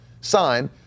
sign